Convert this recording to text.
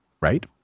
Right